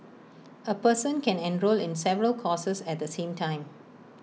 A person can enrol in several courses at the same time